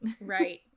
Right